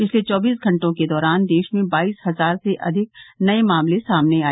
पिछले चौबीस घंटों के दौरान देश में बाईस हजार से अधिक नए मामले सामने आए